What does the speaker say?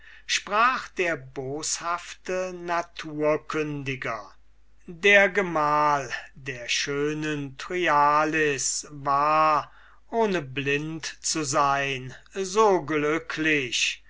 sprach der boshafte naturkündiger der gemahl der schönen thryallis war ohne blind zu sein so glücklich